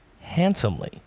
handsomely